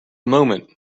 moment